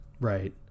Right